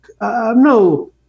no